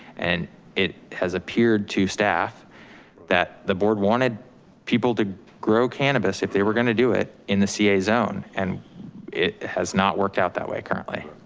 and it has appeared to staff that the board wanted people to grow cannabis if they were gonna do it in the ca zone and it has not worked out that way currently.